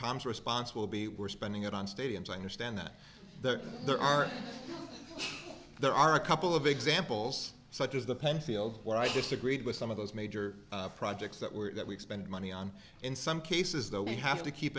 tom's response will be we're spending it on stadiums i understand that there are there are a couple of examples such as the penn field where i disagreed with some of those major projects that were that we spend money on in some cases though we have to keep